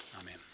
Amen